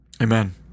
Amen